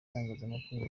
itangazamakuru